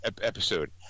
episode